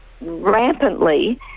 rampantly